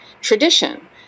tradition